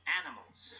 animals